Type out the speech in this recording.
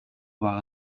war